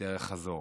דרך חזור.